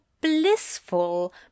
blissful